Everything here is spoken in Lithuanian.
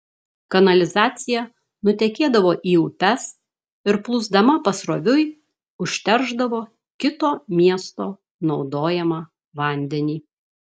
kanalizacija nutekėdavo į upes ir plūsdama pasroviui užteršdavo kito miesto naudojamą vandenį